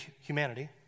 humanity